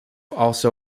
also